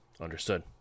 Understood